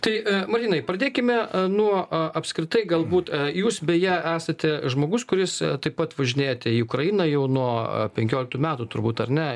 tai martynai pradėkime nuo apskritai galbūt jūs beje esate žmogus kuris taip pat važinėjate į ukrainą jau nuo penkioliktų metų turbūt ar ne